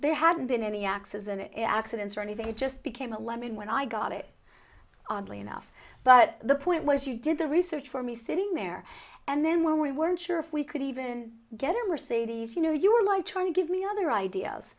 there hadn't been any axes and accidents or anything it just became a lemon when i got it oddly enough but the point was you did the research for me sitting there and then when we weren't sure if we could even get a mercedes you know you were like trying to give me other ideas